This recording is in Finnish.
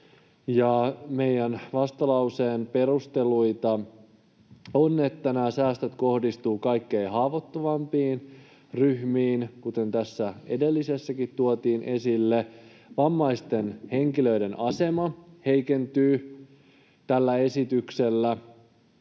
Meidän vastalauseen perusteluna on, että nämä säästöt kohdistuvat kaikkein haavoittuvimpiin ryhmiin, kuten tässä edellisessäkin tuotiin esille. Tällä esityksellä heikentyy vammaisten